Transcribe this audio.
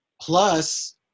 Plus